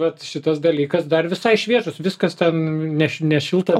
vat šitas dalykas dar visai šviežus viskas ten neš nešilta